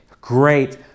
Great